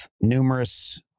numerous